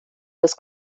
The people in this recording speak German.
des